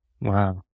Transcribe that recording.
Wow